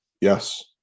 Yes